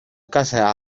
casa